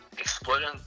Exploiting